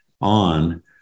On